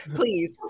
please